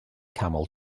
camel